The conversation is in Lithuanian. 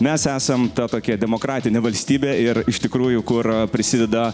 mes esam ta tokia demokratinė valstybė ir iš tikrųjų kur prisideda